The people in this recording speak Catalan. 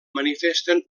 manifesten